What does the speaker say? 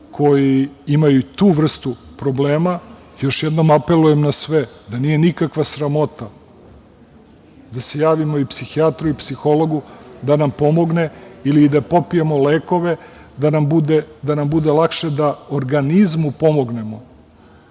koji imaju tu vrstu problema. Još jednom apelujem na sve da nije nikakva sramota da se javimo i psihijatru i psihologu da nam pomogne, ili da popijemo lekove da nam bude lakše, da organizmu pomognemo.